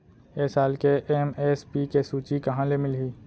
ए साल के एम.एस.पी के सूची कहाँ ले मिलही?